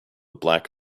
black